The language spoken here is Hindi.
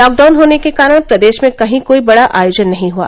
लॉकडाउन होने के कारण प्रदेश में कहीं कोई बड़ा आयोजन नहीं हुआ